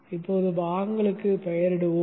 இப்போது பாகங்களுக்கு பெயரிடுவோம்